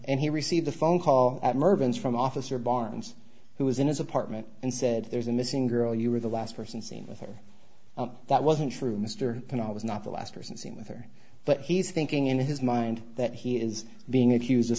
and he received a phone call at mervyn's from officer barnes who was in his apartment and said there's a missing girl you were the last person seen with her that wasn't true mr can i was not the last person seen with her but he's thinking in his mind that he is being accused of